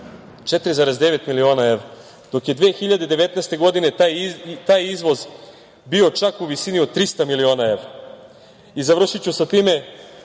4,9 miliona evra, dok je 2019. godine taj izvoz bio čak u visini od 300 miliona evra. Završiću sa time,